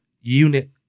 unit